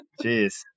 Jeez